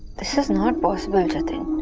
this is not possible, jatin.